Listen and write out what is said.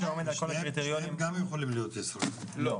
שניהם גם יכולים להיות ישראלים.